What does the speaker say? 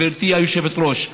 גברתי היושבת-ראש,